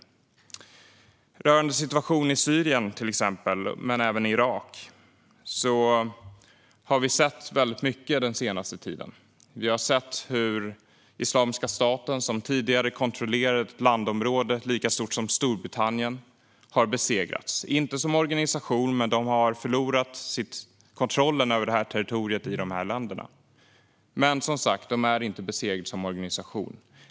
När det gäller situationen i till exempel Syrien men även Irak har vi sett mycket den senaste tiden. Vi har sett hur Islamiska staten, som tidigare kontrollerade ett landområde lika stort som Storbritannien, har besegrats - inte som organisation, men de har förlorat kontrollen över territoriet i de här länderna. Men de är som sagt inte besegrade som organisation.